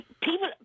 People